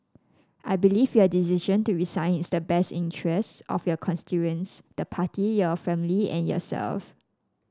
I believe your decision to resign is in the best interest of your constituents the party your family and yourself